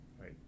Right